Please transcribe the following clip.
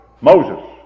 Moses